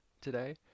today